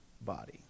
body